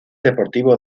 deportivo